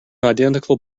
identical